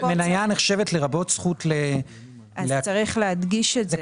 מנייה נחשבת לרבות זכות -- אז צריך להדגיש את זה.